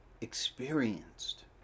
experienced